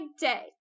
day